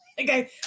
Okay